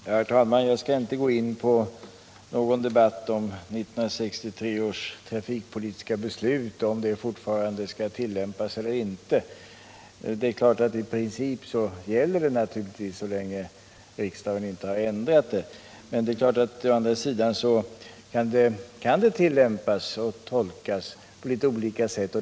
Herr talman! Jag skall inte gå in på någon debatt om huruvida 1963 års trafikpolitiska beslut fortfarande skall tillämpas eller inte. I princip gäller det naturligtvis så länge riksdagen inte har ändrat det, men å andra sidan kan det tillämpas och tolkas på litet olika sätt.